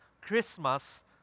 Christmas